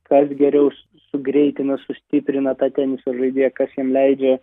kas geriau sugreitina sustiprina tą teniso žaidėją kas jam leidžia